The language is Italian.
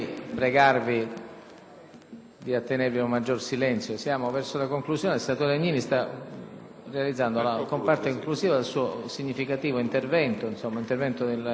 Grazie,